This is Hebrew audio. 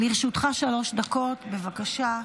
לרשותך שלוש דקות, בבקשה.